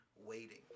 Waiting